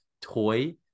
toy